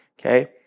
Okay